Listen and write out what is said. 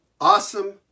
awesome